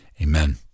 Amen